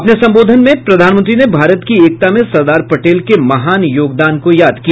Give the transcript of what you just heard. अपने संबोधन में प्रधानमंत्री ने भारत की एकता में सरदार पटेल के महान योगदान को याद किया